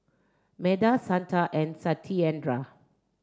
Medha Santha and Satyendra